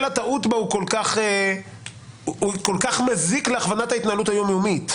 הטעות בה הוא כול כך מזיק להכוונת ההתנהגות היום-יומית.